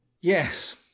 Yes